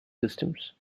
systems